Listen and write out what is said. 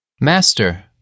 Master